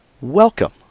Welcome